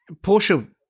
Porsche